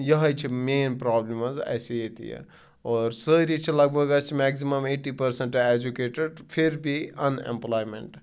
یہِ ہَے چھِ مین پرٛابلِم حظ اَسہِ ییٚتہِ یہِ اور سٲری چھِ لگ بگ اَسہِ مٮ۪کزِمَم ایٚٹی پٔرسَنٛٹ اٮ۪جُکیٹٕڑ پھر بھی اَن اٮ۪مپٕلایمَنٛٹ